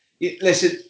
listen